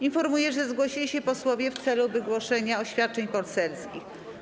Informuję, że zgłosili się posłowie w celu wygłoszenia oświadczeń poselskich.